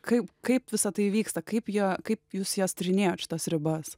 kaip kaip visa tai vyksta kaip jie kaip jūs jas tyrinėjot tas ribas